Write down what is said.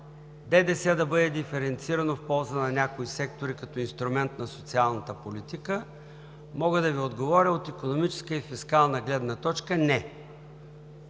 ДДС да бъде диференцирано в полза на някои сектори като инструмент на социалната политика?! Мога да Ви отговоря: от икономическа и фискална гледна точка – не.